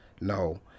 No